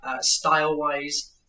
style-wise